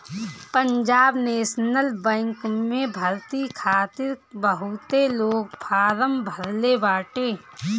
Punjab National Bank में भर्ती खातिर बहुते लोग फारम भरले बाटे